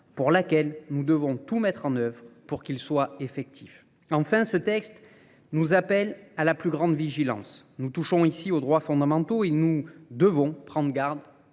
pour laquelle nous devons tout mettre en œuvre pour qu'il soit effectif. Enfin, ce texte nous appelle à la plus grande vigilance. Nous touchons ici aux droits fondamentaux et nous devons prendre garde